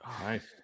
Nice